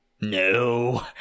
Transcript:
No